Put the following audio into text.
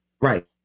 Right